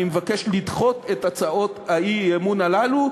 אני מבקש לדחות את הצעות האי-אמון הללו,